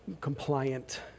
compliant